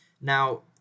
Now